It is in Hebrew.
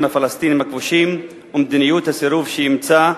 הפלסטיניים הכבושים ואת מדיניות הסירוב שאימצה,